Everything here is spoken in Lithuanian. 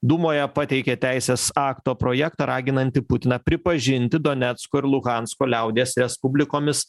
dūmoje pateikė teisės akto projektą raginantį putiną pripažinti donecko ir luhansko liaudies respublikomis